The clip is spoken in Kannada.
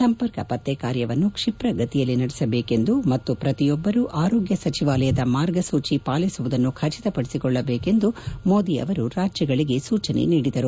ಸಂಪರ್ಕ ಪತ್ತೆ ಕಾರ್ಯವನ್ನು ಕ್ಷಿಪ್ರಗತಿಯಲ್ಲಿ ನಡೆಸಬೇಕೆಂದು ಮತ್ತು ಪ್ರತಿಯೊಬ್ಬರೂ ಆರೋಗ್ನ ಸಚಿವಾಲಯದ ಮಾರ್ಗಸೂಚಿ ಪಾಲಿಸುವುದನ್ನು ಖಚಿತಪಡಿಸಿಕೊಳ್ಳಬೇಕೆಂದು ಮೋದಿ ರಾಜ್ಯಗಳಿಗೆ ಸೂಚನೆ ನೀಡಿದರು